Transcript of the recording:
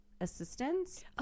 assistance